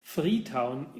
freetown